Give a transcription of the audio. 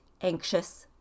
anxious